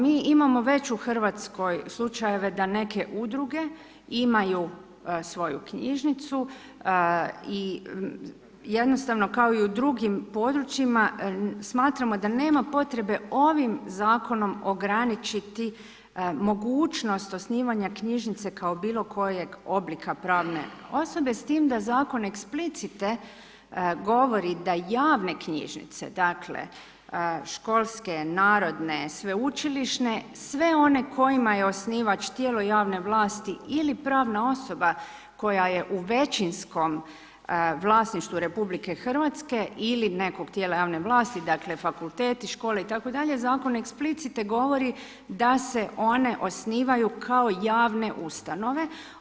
Mi imamo već u Hrvatskoj slučajeve da neke udruge imaju svoju knjižnicu i jednostavno kao i u drugim područjima smatramo da nema potrebe ovim zakonom ograničiti mogućnost osnivanja knjižnice kao bilo kojeg oblika pravne osobe s time da zakon eksplicite govori da javne knjižnice, dakle školske, narodne, sveučilišne sve one kojima je osnivač tijelo javne vlasti ili pravna osoba koja je u većinskom vlasništvu RH ili nekog tijela javne vlasti, dakle fakulteti, škole itd., zakon eksplicite govori da se one osnivaju kao javne ustanove.